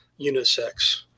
unisex